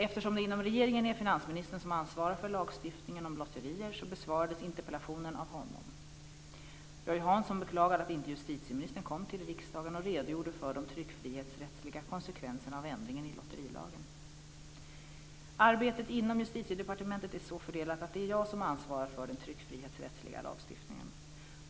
Eftersom det inom regeringen är finansministern som ansvarar för lagstiftningen om lotterier besvarades interpellationen av honom. Roy Hansson beklagade att inte justitieministern kom till riksdagen och redogjorde för de tryckfrihetsrättsliga konsekvenserna av ändringen i lotterilagen. Arbetet inom Justitiedepartementet är så fördelat att det är jag som ansvarar för den tryckfrihetsrättsliga lagstiftningen.